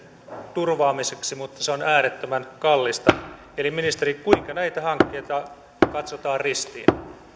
turvaamiseksi mutta se on äärettömän kallista eli ministeri kuinka näitä hankkeita katsotaan ristiin